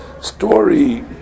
story